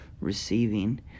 receiving